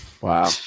wow